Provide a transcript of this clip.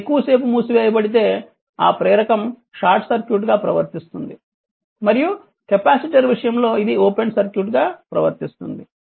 switch ఎక్కువసేపు మూసివేయబడితే ఆ ప్రేరకం షార్ట్ సర్క్యూట్గా ప్రవర్తిస్తుంది మరియు కెపాసిటర్ విషయంలో ఇది ఓపెన్ సర్క్యూట్గా ప్రవర్తిస్తుంది